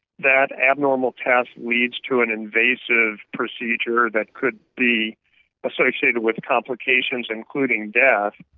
that abnormal test leads to an invasive procedure that could be associated with complications, including death.